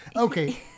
Okay